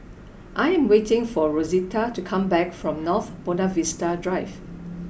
I am waiting for Rosita to come back from North Buona Vista Drive